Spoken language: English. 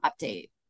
update